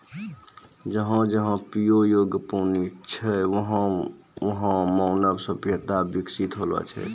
जहां जहां पियै योग्य पानी छलै वहां वहां मानव सभ्यता बिकसित हौलै